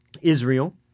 Israel